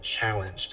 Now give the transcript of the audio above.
challenged